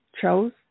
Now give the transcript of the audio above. chose